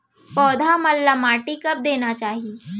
पौधा मन ला माटी कब देना चाही?